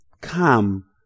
Come